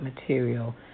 material